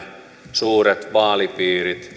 suuret vaalipiirit